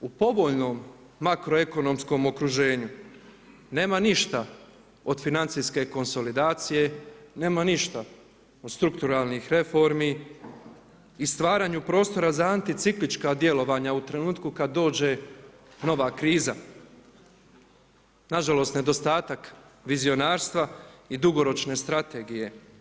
Znači, u povoljnom makroekonomskom okruženju nema ništa od financijske konsolidacije, nema ništa od strukturalnih reformi i stvaranju prostora za anticiklička djelovanja u trenutku kada dođe nova kriza, na žalost nedostatak vizionarstva i dugoročne strategije.